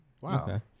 Wow